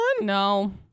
No